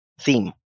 theme